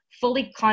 fully